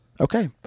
Okay